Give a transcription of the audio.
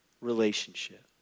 relationship